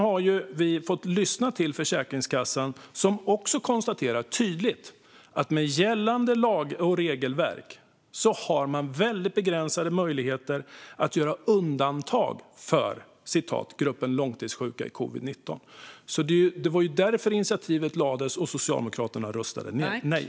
Även Försäkringskassan har ju tydligt konstaterat för oss att med gällande lagar och regelverk har man väldigt begränsade möjligheter att göra undantag för gruppen långtidssjuka i covid-19. Det var därför utskottsinitiativet lades fram, men Socialdemokraterna röstade nej.